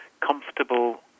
comfortable